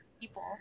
people